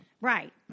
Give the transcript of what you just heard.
Right